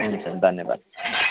हुन्छ धन्यवाद